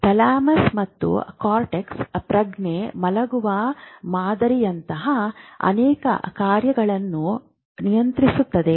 thalamus ಮತ್ತು cortex ಪ್ರಜ್ಞೆ ಮಲಗುವ ಮಾದರಿಯಂತಹ ಅನೇಕ ಕಾರ್ಯಗಳನ್ನು ನಿಯಂತ್ರಿಸುತ್ತದೆ